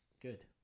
good